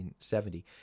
1970